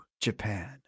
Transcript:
Japan